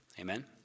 Amen